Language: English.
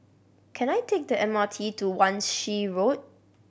can I take the M R T to Wan Shih Road